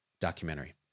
documentary